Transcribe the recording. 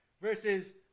Versus